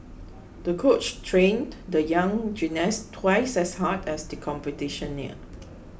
the coach trained the young gymnast twice as hard as the competition neared